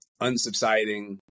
unsubsiding